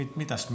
mitä